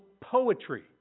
poetry